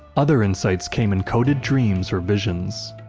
other insights came in coded dreams, or visions.